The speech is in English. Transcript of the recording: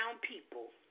people